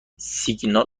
سیگنال